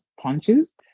punches